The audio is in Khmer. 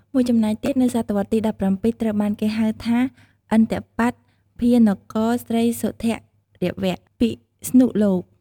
មួយចំណែកទៀតនៅសតវត្សរ៍ទី១៧ត្រូវបានគេហៅថា ឥន្ទបត្តម្ភានគរស្រីសុធរវពិស្ណុលោក។